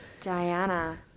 Diana